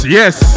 yes